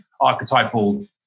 archetypal